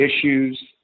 issues